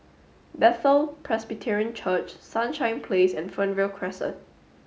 Bethel Presbyterian Church Sunshine Place and Fernvale Crescent